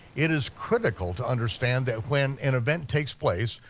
it is critical to understand that when an event takes place,